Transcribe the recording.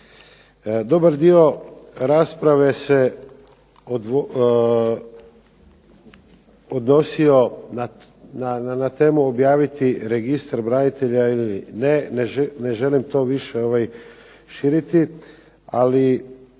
Dobar dio rasprave se odnosio na temu objaviti registar branitelja ili ne. Ne želim to više širiti, ali